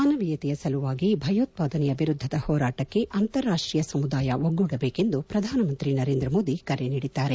ಮಾನವೀಯತೆಯ ಸಲುವಾಗಿ ಭಯೋತ್ಸಾದನೆಯ ವಿರುದ್ದದ ಹೋರಾಟಕ್ಕೆ ಅಂತಾರಾಷ್ಟೀಯ ಸಮುದಾಯ ಒಗ್ಗೂಡಬೇಕೆಂದು ಪ್ರಧಾನಮಂತಿ ನರೇಂದ ಮೋದಿ ಕರೆ ನೀಡಿದ್ದಾರೆ